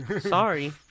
Sorry